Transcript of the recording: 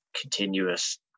continuous